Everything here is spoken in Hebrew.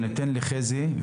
הבנייה.